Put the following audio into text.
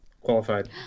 qualified